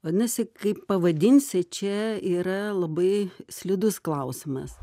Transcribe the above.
vadinasi kaip pavadinsi čia yra labai slidus klausimas